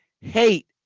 hate